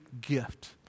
gift